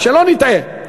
שלא נטעה,